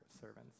servants